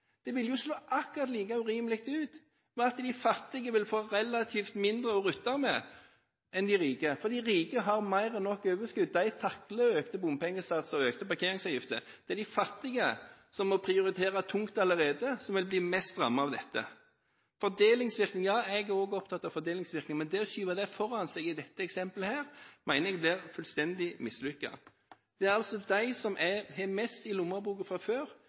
Det vil jo slå akkurat like urimelig ut, ved at de fattige vil få relativt mindre å rutte med enn de rike. De rike har mer enn nok overskudd, de takler økte bompengesatser og økte parkeringsavgifter. Det er de fattige, som må prioritere tungt allerede, som vil bli mest rammet av dette. Jeg er også opptatt av fordelingsvirkninger, men det å skyve det foran seg i dette eksemplet her, mener jeg blir fullstendig mislykket. Det er altså de som har mest i lommeboken fra før,